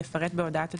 יפרט בהודעת התשובה,